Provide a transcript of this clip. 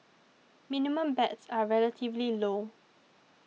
minimum bets are relatively low